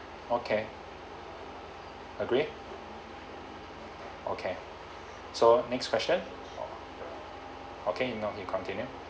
okay agree okay so next question okay if not you continue